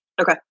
Okay